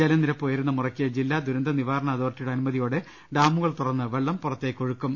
ജലനിരപ്പ് ഉയരുന്ന മുറയ്ക്ക് ജില്ലാ ദുരന്തനിവാരണ അതോറി റ്റിയുടെ അനുമതിയോടെ ഡാമുകൽ തുറന്ന് വെളളം പുറത്തേക്ക് ഒഴുക്കും